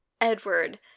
Edward